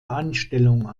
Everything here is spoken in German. anstellung